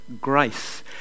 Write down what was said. grace